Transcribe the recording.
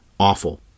awful